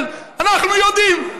אנחנו יודעים,